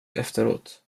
efteråt